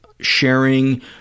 sharing